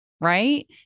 right